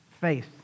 faith